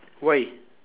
why